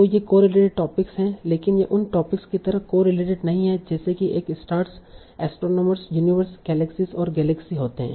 तो ये correlated topics हैं लेकिन ये उन टॉपिक्स की तरह कोरिलेटेड नहीं हैं जैसे कि एक स्टार्स एस्ट्रोनॉमर्स यूनिवर्स गेलेक्ससिस और गैलेक्सी होते है